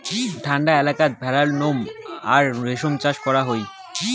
ঠান্ডা এলাকাত ভেড়ার নোম আর রেশম চাষ করাং হই